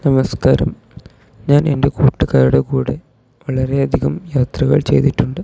നമസ്കാരം ഞാൻ എൻ്റെ കൂട്ടുകാരുടെ കൂടെ വളരെയധികം യാത്രകൾ ചെയ്തിട്ടുണ്ട്